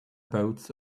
boats